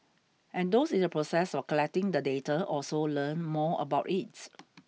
and those in the process of collecting the data also learn more about it